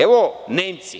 Evo, Nemci.